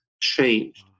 changed